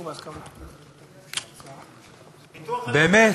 ביטוח לאומי,